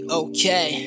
okay